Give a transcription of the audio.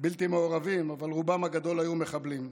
בלתי מעורבים אבל רובם הגדול היו מחבלים.